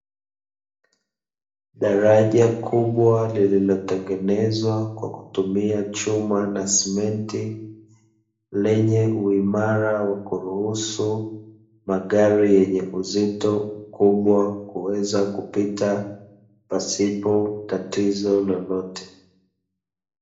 Daraja kubwa lililotengenezwa kwa kutumia chuma na simenti, lenye uimara la kuruhusu magari yenye uzito mkubwa, kuweza kupita pasipo tatizo lolote.